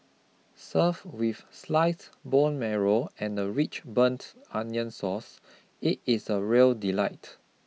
served with sliced bone marrow and a rich burnt onion sauce it is a real delight